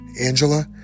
Angela